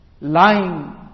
lying